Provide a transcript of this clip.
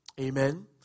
Amen